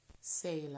sailor